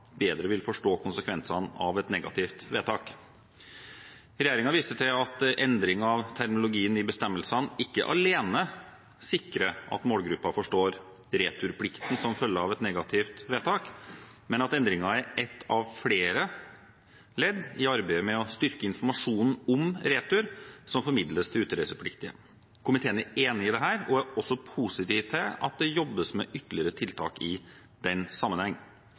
bedre vil forstå konsekvensene av et negativt vedtak. Regjeringen viser til at en endring av terminologien i bestemmelsene ikke alene sikrer at målgruppen forstår returplikten som følger av et negativt vedtak, men at endringen er ett av flere ledd i arbeidet med å styrke informasjonen om retur som formidles til utreisepliktige. Komiteen er enig i dette og er også positiv til at det jobbes med ytterligere tiltak i denne sammenheng.